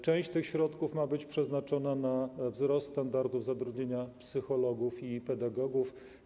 Część tych środków ma być przeznaczona na wzrost standardów zatrudnienia psychologów i pedagogów.